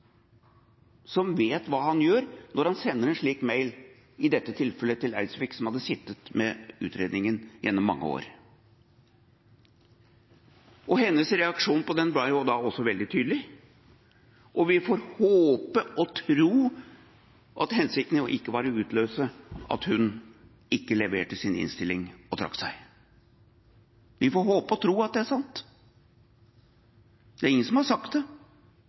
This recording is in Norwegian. som vet hva han gjør når han sender en slik mail – i dette tilfellet til Eidsvik, som hadde sittet med utredningen gjennom mange år. Hennes reaksjon på den ble da også veldig tydelig, og vi får håpe og tro at hensikten ikke var å utløse at hun ikke leverte sin innstilling, og trakk seg. Vi får håpe og tro at det er sant. Det er ingen som har sagt det,